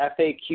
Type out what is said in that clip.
FAQ